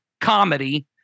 comedy